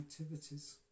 activities